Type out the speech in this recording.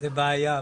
זאת בעיה.